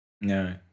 No